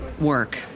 work